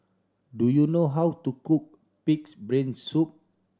do you know how to cook Pig's Brain Soup